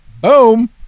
Boom